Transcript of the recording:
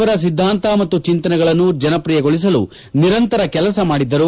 ಅವರ ಸಿದ್ದಾಂತ ಮತ್ತು ಚಿಂತನೆಗಳನ್ನು ಜನಪ್ರಿಯಗೊಳಿಸಲು ನಿರಂತರ ಕೆಲಸ ಮಾಡಿದ್ದರು